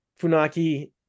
Funaki